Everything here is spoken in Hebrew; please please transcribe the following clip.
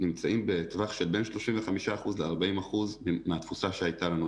נמצאים בטווח של בין 35%-40% מהתפוסה שהייתה לנו.